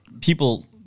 people